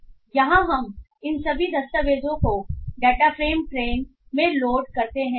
इसलिए यहां हम इन सभी दस्तावेजों को डेटा फ्रेम ट्रेन में लोड करते हैं